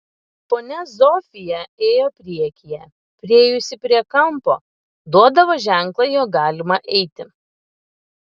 ponia zofija ėjo priekyje priėjusi prie kampo duodavo ženklą jog galima eiti